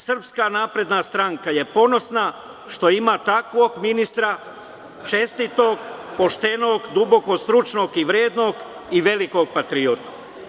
Srpska napredna stranka je ponosna što ima takvog ministra, čestitog, poštenog, duboko stručnog i vrednog i velikog patriotu.